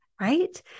right